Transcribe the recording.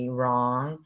wrong